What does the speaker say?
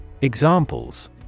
Examples